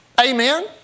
Amen